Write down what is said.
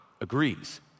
agrees